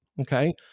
Okay